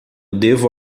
devo